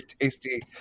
tasty